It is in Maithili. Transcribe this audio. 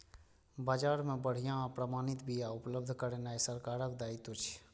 बाजार मे बढ़िया आ प्रमाणित बिया उपलब्ध करेनाय सरकारक दायित्व छियै